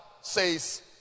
Says